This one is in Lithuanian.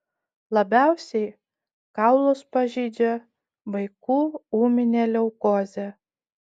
labiausiai kaulus pažeidžia vaikų ūminė leukozė